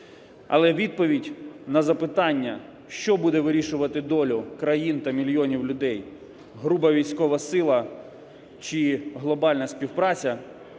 Але відповідь на запитання "що буде вирішувати долю країн та мільйонів людей – груба військова сила чи глобальна співпраця"